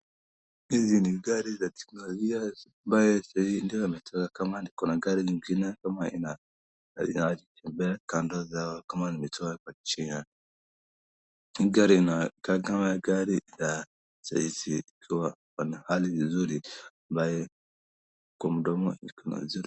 Hizi ni gari za teknolojia ambaye ndio imetoka kama ni kuna gari zingine kama imechomea kando za kama imetoka kwa chia. Ni gari na kama gari za saaizi ikiwa ina hali nzuri ambaye kwa mdomo iko na nzuri.